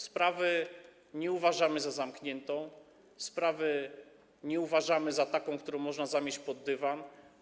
Sprawy nie uważamy za zamkniętą, sprawy nie uważamy za taką, którą można zamieść pod dywan.